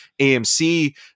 AMC